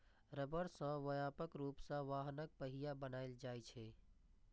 रबड़ सं व्यापक रूप सं वाहनक पहिया बनाएल जाइ छै